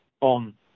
on